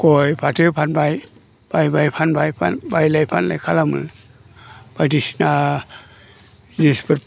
गय फाथो फानबाय बायबाय फानबाय बायलाय फानलाय खालामो बायदिसिना जिनिसफोर